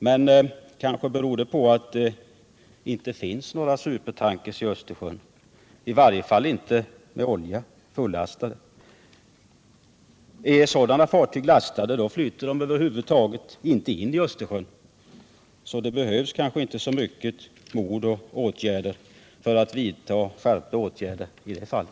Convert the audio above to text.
Det kanske beror på att det inte finns några supertankers i Östersjön —- i varje fall inte fullastade med olja. Är sådana fartyg lastade kan de över huvud taget inte gå in i Östersjön, så det behövs kanske inte så mycket mod för att vidta skärpta åtgärder i det fallet.